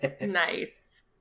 Nice